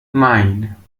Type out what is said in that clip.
nine